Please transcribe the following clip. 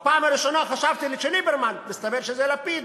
בפעם הראשונה חשבתי שליברמן, מסתבר שזה לפיד,